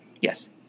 yes